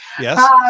Yes